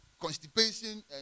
constipation